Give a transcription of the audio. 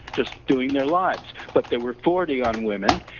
just doing their lives, but there were forty on women.